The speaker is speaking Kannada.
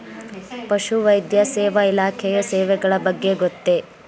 ಪಶುವೈದ್ಯ ಸೇವಾ ಇಲಾಖೆಯ ಸೇವೆಗಳ ಬಗ್ಗೆ ಗೊತ್ತೇ?